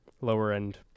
lower-end